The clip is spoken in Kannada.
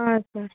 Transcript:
ಹಾಂ ಸರ್